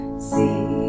See